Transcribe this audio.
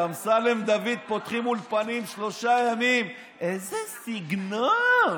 על אמסלם דוד פותחים אולפנים שלושה ימים: איזה סגנון.